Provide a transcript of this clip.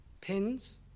Pins